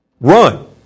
Run